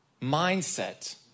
Mindset